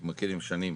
אנחנו מכירים שנים